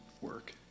work